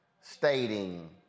stating